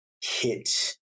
hit